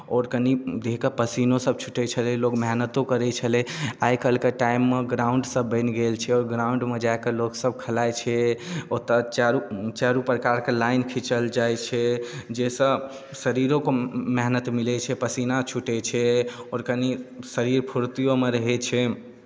आओर कनी देहके पसीनोसभ छूटै छलै लोक मेहनतो करै छलै आइ काल्हिके टाइममे ग्राउंडसभ बनि गेल छै आओर ग्राउंडमे जा कऽ लोकसभ खेलाइ छै ओतय चारू चारू प्रकारके लाइन घीचल जाइत छै जाहिसँ शरीरोकेँ मेहनत मिलै छै पसीना छूटैत छै आओर कनी शरीर फुर्तिओमे रहैत छै